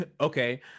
Okay